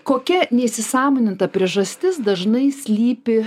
kokia neįsisąmoninta priežastis dažnai slypi